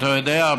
אתה יודע,